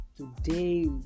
today